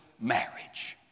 marriage